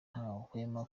ntahwema